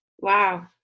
wow